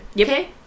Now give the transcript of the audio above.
Okay